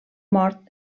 mort